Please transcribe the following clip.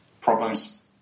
problems